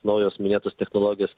naujos minėtos technologijos